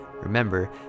Remember